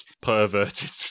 perverted